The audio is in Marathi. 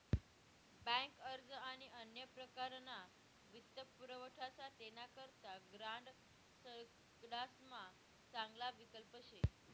बँक अर्ज आणि अन्य प्रकारना वित्तपुरवठासाठे ना करता ग्रांड सगडासमा चांगला विकल्प शे